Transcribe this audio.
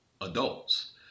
adults